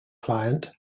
client